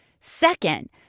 Second